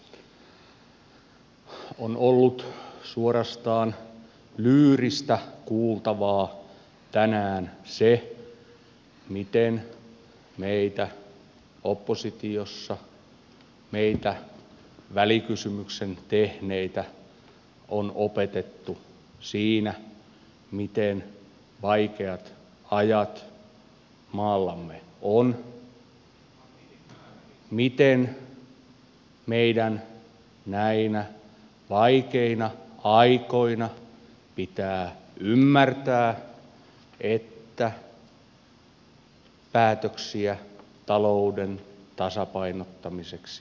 on ollut suorastaan lyyristä kuultavaa tänään miten meitä oppositiossa meitä välikysymyksen tehneitä on opetettu siinä miten vaikeat ajat maallamme on miten meidän näinä vaikeina aikoina pitää ymmärtää että päätöksiä talouden tasapainottamiseksi pitää tehdä